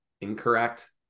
incorrect